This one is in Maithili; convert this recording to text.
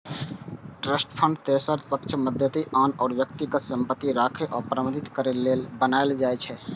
ट्रस्ट फंड तेसर पक्षक मदति सं आन व्यक्तिक संपत्ति राखै आ प्रबंधित करै लेल बनाएल जाइ छै